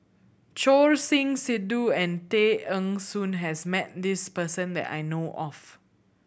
Choor Singh Sidhu and Tay Eng Soon has met this person that I know of